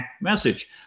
message